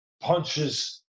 Punches